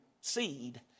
seed